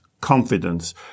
confidence